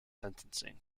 sentencing